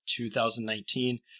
2019